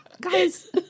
guys